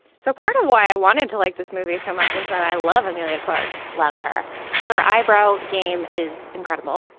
so part of why i wanted to like this movie so much as i love emilia clark love her her eyebrow game is incredible.